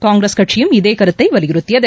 காங்கிரஸ் கட்சியும் இதேகருத்தைவலியுறுத்தியது